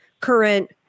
Current